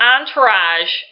entourage